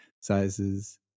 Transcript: sizes